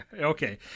Okay